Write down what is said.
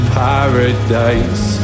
paradise